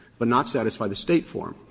but not satisfy the state form,